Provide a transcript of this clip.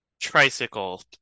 tricycle